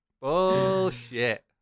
Bullshit